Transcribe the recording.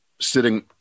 sitting